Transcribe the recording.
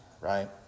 right